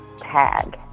tag